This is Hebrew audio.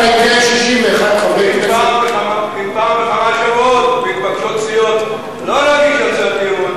אם פעם בכמה שבועות מתבקשות סיעות לא להגיש הצעת אי-אמון,